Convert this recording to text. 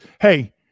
Hey